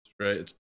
right